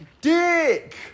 dick